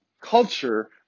culture